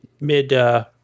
mid